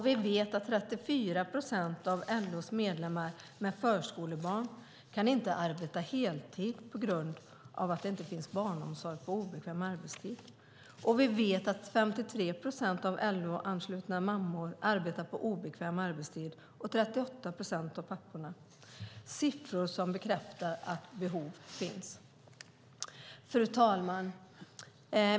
Vi vet att 34 procent av LO:s medlemmar med förskolebarn inte kan arbeta heltid på grund av att det inte finns barnomsorg på obekväm arbetstid. Vi vet också att 53 procent av de LO-anslutna mammorna och 38 procent av papporna arbetar på obekväm arbetstid. Det är siffror som bekräftar att behov finns. Fru talman!